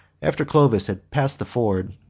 after clovis had passed the ford,